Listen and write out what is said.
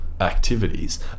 activities